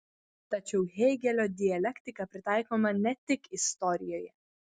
tačiau hėgelio dialektika pritaikoma ne tik istorijoje